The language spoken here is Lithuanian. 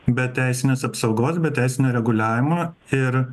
be teisinės apsaugos be teisinio reguliavimo ir